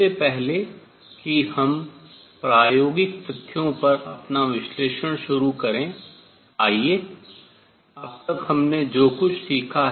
इससे पहले कि हम प्रायोगिक तथ्यों पर अपना विश्लेषण शुरू करें आइए अब तक हमने जो कुछ सीखा है